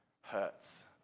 hurts